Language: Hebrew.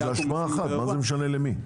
זאת השמעה אחת, מה זה משנה למי?